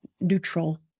neutral